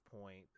point